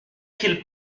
qu’il